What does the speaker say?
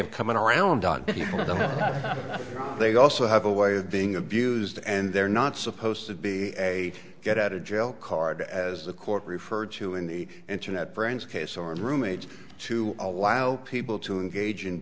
of coming around on them they also have a way of being abused and they're not supposed to be a get out of jail card as the court referred to in the internet friends case or a roommate to allow people to engage in